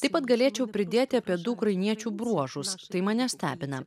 taip pat galėčiau pridėti apie du ukrainiečių bruožus tai mane stebina